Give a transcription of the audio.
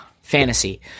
fantasy